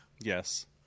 yes